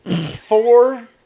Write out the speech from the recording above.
four